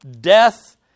death